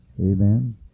amen